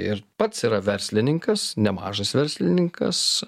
ir pats yra verslininkas nemažas verslininkas